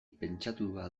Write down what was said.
pentsatua